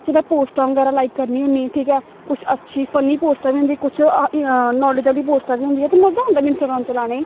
जे में पोस्टां बगैरा लाइक करनी होन्नी ठीक ऐ कुछ अच्छी फनी पोस्टां बी होंदी कुछ नालेज आह्लियां पोस्टां बी होंदियां ते मजा औंदा में इंस्टाग्राम चलाने गी